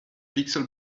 pixel